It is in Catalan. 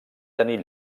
tenir